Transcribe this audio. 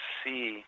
see